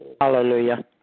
hallelujah